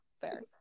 Fair